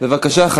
בבקשה.